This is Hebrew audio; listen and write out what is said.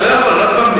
אתה לא יכול, רק במליאה.